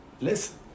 listen